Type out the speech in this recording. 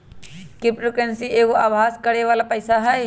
crypto currency एगो अभास करेके बला पइसा हइ